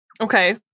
Okay